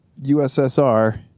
USSR